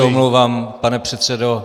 Omlouvám se, pane předsedo.